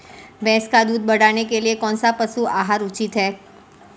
भैंस का दूध बढ़ाने के लिए कौनसा पशु आहार उचित है?